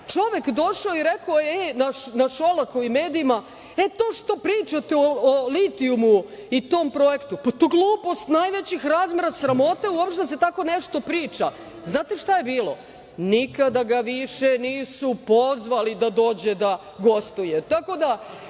Čovek došao i rekao na Šolakovim medijima – e to što pričate o litijumu i tom projektu, pa to je glupost najvećih razmera. Sramota je uopšte da se tako nešto priča. Znate šta je bilo? Nikada ga više nisu pozvali da dođe da gostuje,